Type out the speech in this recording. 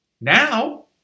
Now